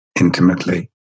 intimately